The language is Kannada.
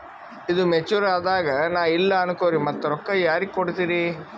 ಈದು ಮೆಚುರ್ ಅದಾಗ ನಾ ಇಲ್ಲ ಅನಕೊರಿ ಮತ್ತ ರೊಕ್ಕ ಯಾರಿಗ ಕೊಡತಿರಿ?